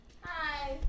Hi